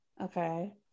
Okay